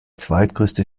zweitgrößte